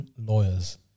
lawyers